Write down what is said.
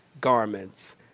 garments